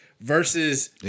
versus